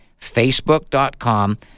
facebook.com